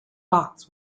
box